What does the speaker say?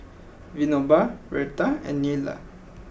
Vinoba Virat and Neila